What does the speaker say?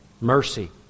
mercy